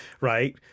right